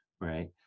right